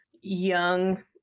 young